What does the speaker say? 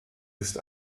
ist